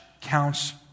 counts